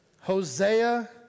Hosea